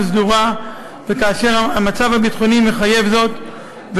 סדורה וכאשר המצב הביטחוני מחייב זאת,